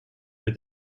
with